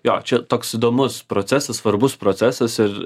jo čia toks įdomus procesas svarbus procesas ir